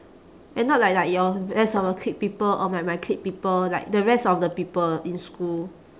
and not like like your rest of your clique people or my my clique people like the rest of the people in school